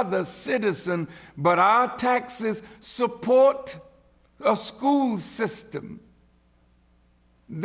other citizen but our taxes support a school system